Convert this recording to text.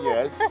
Yes